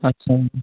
अच्छा